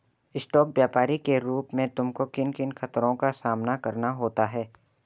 Stock व्यापरी के रूप में तुमको किन किन खतरों का सामना करना होता है?